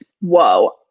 Whoa